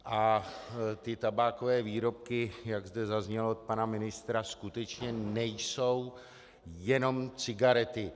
A ty tabákové výrobky, jak zde zaznělo od pana ministra, skutečně nejsou jenom cigarety.